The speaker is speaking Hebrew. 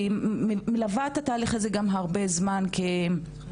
היא מלווה את התהליך הזה גם הרבה זמן מהצד,